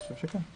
אני חושב שכן.